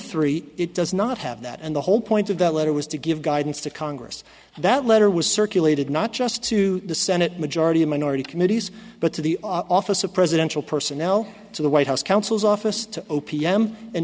three it does not have that and the whole point of that letter was to give guidance to congress that letter was circulated not just to the senate majority minority committees but to the office of presidential personnel to the white house counsel's office